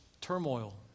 turmoil